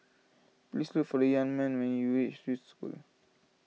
please look for the young man when you reach Swiss School